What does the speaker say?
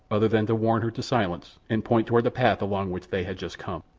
other than to warn her to silence and point toward the path along which they had just come.